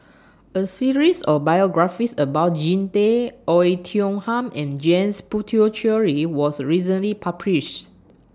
A series of biographies about Jean Tay Oei Tiong Ham and James Puthucheary was recently published